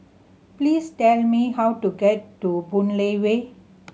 please tell me how to get to Boon Lay Way